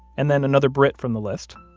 and then another brit from the list,